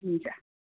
हुन्छ